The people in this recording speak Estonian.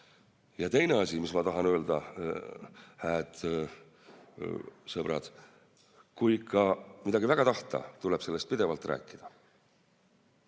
võimalik. Teine asi, mis ma tahan öelda: hääd sõbrad, kui ikka midagi väga tahta, tuleb sellest pidevalt rääkida